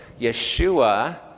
Yeshua